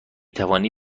توانی